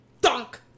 Dunk